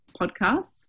podcasts